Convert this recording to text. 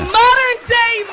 modern-day